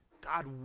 God